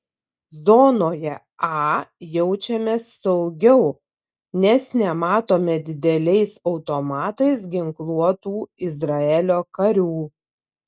zonoje a jaučiamės saugiau nes nematome dideliais automatais ginkluotų izraelio karių